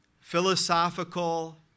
philosophical